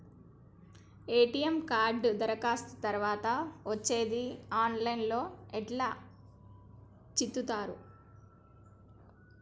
ATM card దరఖాస్తు తరువాత వచ్చేది ఆన్ లైన్ లో ఎట్ల చూత్తరు?